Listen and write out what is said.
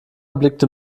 blickte